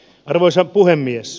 arvoisa puhemies